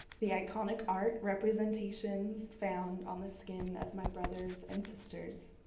the iconic art representations found on the skin of my brothers and sisters,